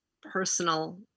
personal